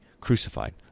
crucified